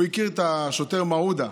הוא הכיר את השוטר מעודה,